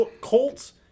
Colts